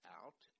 out